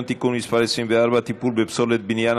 (תיקון מס' 24) (טיפול בפסולת בניין),